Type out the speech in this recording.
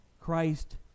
Christ